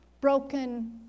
broken